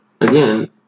again